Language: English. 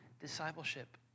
discipleship